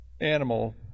animal